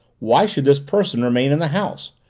why should this person remain in the house?